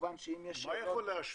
כמובן שאם לכם שאלות --- מה יכול להשפיע,